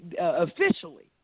officially